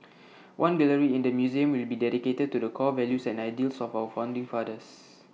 one gallery in the museum will be dedicated to the core values and ideals of our founding fathers